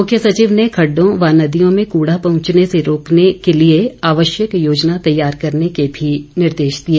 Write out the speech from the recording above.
मुख्य सचिव ने खड्डों व नदियों में कूड़ा पहुंचने से रोकने के लिए आवश्यक योजना तैयार करने के भी निर्देश दिए